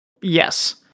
Yes